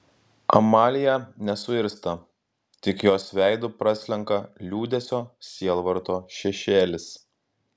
amalija nesuirzta tik jos veidu praslenka liūdesio sielvarto šešėlis